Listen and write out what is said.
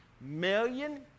million